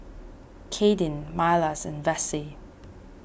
Kadyn Milas and Vassie